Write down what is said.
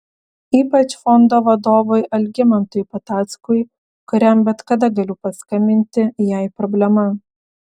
ypač fondo vadovui algimantui patackui kuriam bet kada galiu paskambinti jei problema